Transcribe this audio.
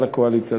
על הקואליציה.